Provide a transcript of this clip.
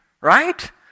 right